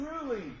truly